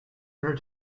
her